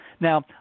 Now